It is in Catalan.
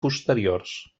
posteriors